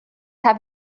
have